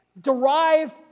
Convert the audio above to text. derive